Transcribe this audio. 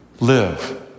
live